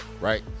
right